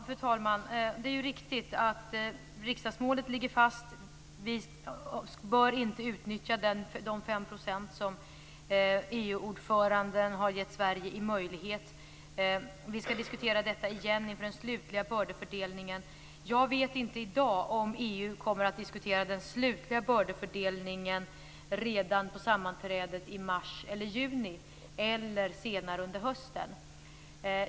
Fru talman! Det är riktigt att riksdagsmålet ligger fast. Vi bör inte utnyttja de 5 % som EU-ordföranden har gett Sverige i möjlighet. Vi skall diskutera detta igen inför den slutliga bördefördelningen. Jag vet inte i dag om EU kommer att diskutera den slutliga bördefördelningen redan på sammanträdet i mars eller juni, eller senare under hösten.